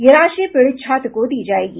यह राशि पीड़ित छात्र को दी जायेगी